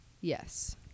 Yes